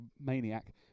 maniac